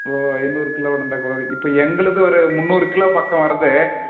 ஓ ஐநூறு கிலோ வேணுங்களா இப்போ எங்களுது ஒரு முந்னூறு கிலோ பக்கம் வருது